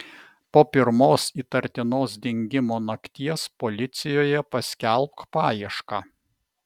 po pirmos įtartinos dingimo nakties policijoje paskelbk paiešką